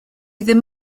ddim